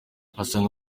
asanga